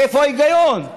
איפה ההיגיון?